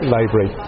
library